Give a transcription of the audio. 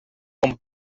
com